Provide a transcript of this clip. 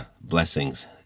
blessings